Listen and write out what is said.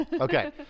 okay